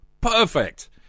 Perfect